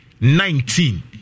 nineteen